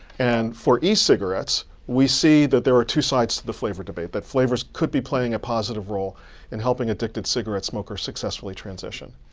and for e-cigarettes, we see that there are two sides to the flavor debate. that flavors could be playing a positive role in helping addicted cigarette smokers successfully transition.